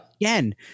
again